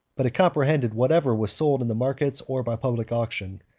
but it comprehended whatever was sold in the markets or by public auction,